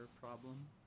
problem